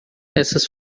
essas